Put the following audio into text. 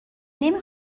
نمی